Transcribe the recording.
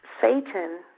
Satan